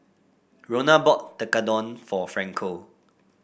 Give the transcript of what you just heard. Rona bought Tekkadon for Franco